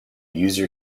user